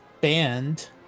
band